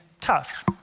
tough